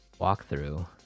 walkthrough